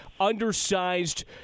undersized